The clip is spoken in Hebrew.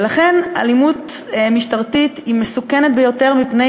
ולכן אלימות משטרתית היא מסוכנת ביותר, מפני